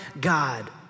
God